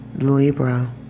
Libra